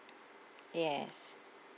yes